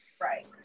Right